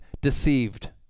deceived